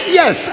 yes